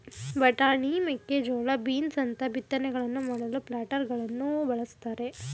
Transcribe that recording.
ಬಟಾಣಿ, ಮೇಕೆಜೋಳ, ಬೀನ್ಸ್ ಅಂತ ಬಿತ್ತನೆಗಳನ್ನು ಮಾಡಲು ಪ್ಲಾಂಟರಗಳನ್ನು ಬಳ್ಸತ್ತರೆ